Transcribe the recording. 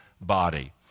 body